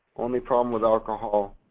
only problem with alcohol,